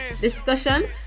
discussion